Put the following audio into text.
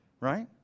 right